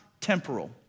temporal